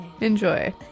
Enjoy